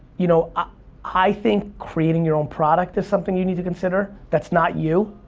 you know ah i think creating your own product is something you need to consider, that's not you.